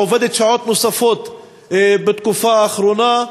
עובדת שעות נוספות בתקופה האחרונה.